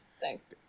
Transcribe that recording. Thanks